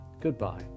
Goodbye